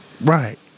Right